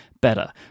better